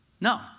No